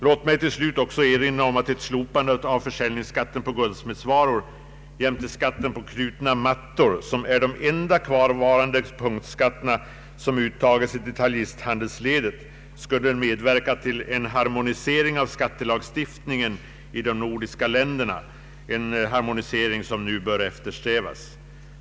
Låt mig till slut också erinra om att ett slopande av försäljningsskatten på guldsmedsvaror jämte skatten på knutna mattor — de enda kvarvarande punktskatter som uttages i detaljhandelsledet — skulle medverka till en harmonisering av skattelagstiftningen i de nordiska länderna, en harmonisering som nu bör eftersträvas.